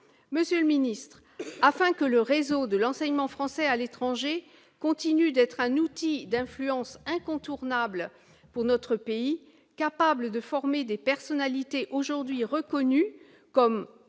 Monsieur le ministre, afin que le réseau de l'enseignement français à l'étranger continue d'être un outil d'influence incontournable pour notre pays, capable de former des personnalités aujourd'hui reconnues comme